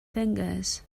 fingers